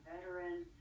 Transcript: veteran